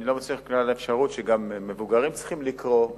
אני לא מוציא מכלל אפשרות שגם מבוגרים צריכים לקרוא,